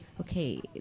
okay